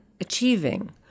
achieving